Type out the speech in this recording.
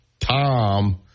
Tom